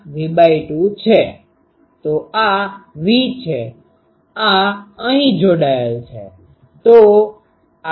તો આ V છે આ અહીં જોડાયેલ છે